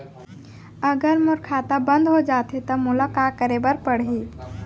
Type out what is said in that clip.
अगर मोर खाता बन्द हो जाथे त मोला का करे बार पड़हि?